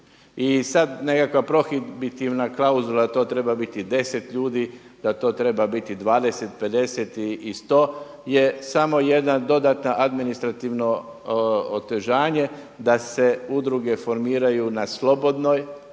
I sada nekakva prohibitivna klauzula to treba biti 10 ljudi, da to treba biti 20, 50 i 100 je samo jedna dodatna administrativno otežanje da se udruge formiraju na slobodnoj